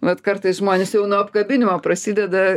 vat kartais žmonės jau nuo apkabinimo prasideda